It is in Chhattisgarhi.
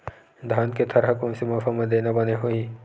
धान के थरहा कोन से मौसम म देना बने होही?